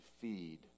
feed